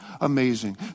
amazing